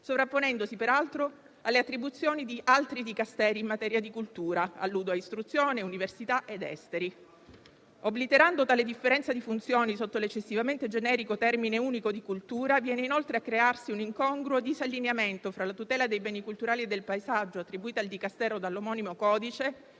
sovrapponendosi peraltro alle attribuzioni di altri Dicasteri in materia di cultura (alludo a istruzione, università ed esteri). Obliterando tale differenza di funzioni sotto l'eccessivamente generico termine unico di cultura, viene inoltre a crearsi un incongruo disallineamento fra la tutela dei beni culturali e del paesaggio, attribuita al Dicastero dall'omonimo codice